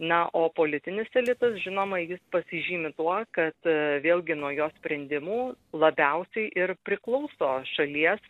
na o politinis elitas žinoma jis pasižymi tuo kad vėlgi nuo jo sprendimų labiausiai ir priklauso šalies